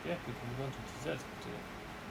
ya we can go on to desserts